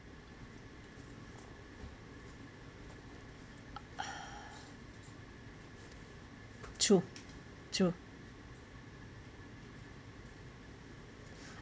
true true